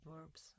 verbs